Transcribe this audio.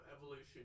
evolution